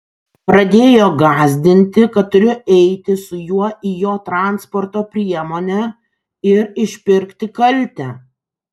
pradėjo gąsdinti kad turiu eiti su juo į jo transporto priemonę ir išpirkti kaltę